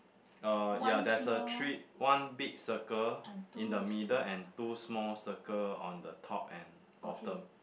uh ya there's a tree one big circle in the middle and two small circle on the top and bottom